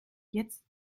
jetzt